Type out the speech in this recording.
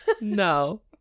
No